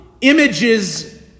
images